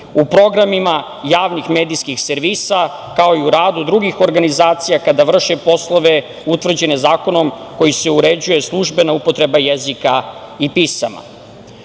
u programima javnih medijskih servisa, kao i u radu drugih organizacija kada vrše poslove utvrđene zakonom kojim se uređuje službena upotreba jezika i pisama. Osim